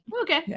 Okay